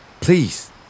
Please